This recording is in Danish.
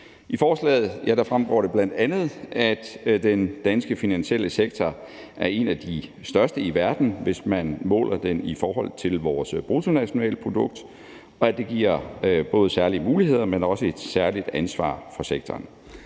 I forslaget fremgår det bl.a., at den danske finansielle sektor er en af de største i verden, hvis man måler den i forhold til vores bruttonationalprodukt, og at det giver både særlige muligheder, men også giver sektoren